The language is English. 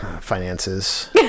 finances